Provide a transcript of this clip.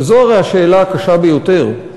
שהרי זו השאלה הקשה ביותר: